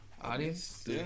Audience